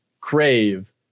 crave